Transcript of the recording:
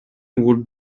would